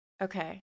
Okay